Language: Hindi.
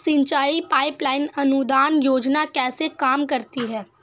सिंचाई पाइप लाइन अनुदान योजना कैसे काम करती है?